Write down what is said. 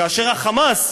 כאשר ה"חמאס"